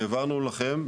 והעברנו לכם,